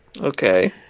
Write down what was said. Okay